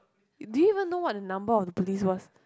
do you even know what the number of the police was